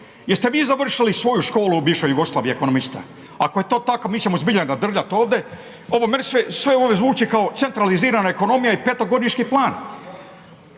Jest vi završili svoju školu u bivšoj Jugoslaviji ekonomista? Ako je to tako mi ćemo zbilja nadrljati ovdje. Ovo meni sve ovo zvuči kao centralizirana ekonomija i petogodišnji plan.